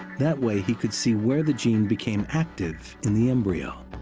that way he could see where the gene became active in the embryo.